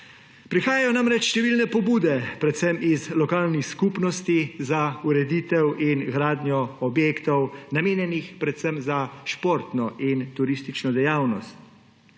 Prihajajo namreč številne pobude predvsem iz lokalnih skupnosti za ureditev in gradnjo objektov, namenjenih predvsem za športno in turistično dejavnost.